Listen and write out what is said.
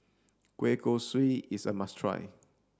Kueh Kosui is a must try